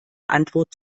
antwort